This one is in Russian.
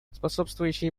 способствующие